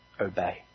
obey